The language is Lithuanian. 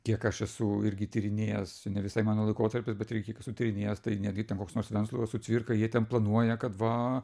kiek aš esu irgi tyrinėjęs ne visai mano laikotarpis bet irgi kiek esu tyrinėjęs tai netgi ten koks nors venclova su cvirka jie ten planuoja kad va